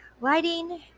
lighting